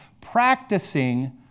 practicing